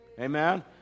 Amen